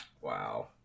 Wow